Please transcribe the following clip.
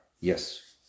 Yes